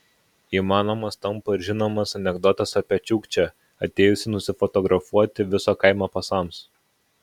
įmanomas tampa ir žinomas anekdotas apie čiukčią atėjusį nusifotografuoti viso kaimo pasams